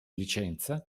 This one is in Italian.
licenza